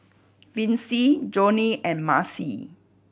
Vince Jonnie and Maci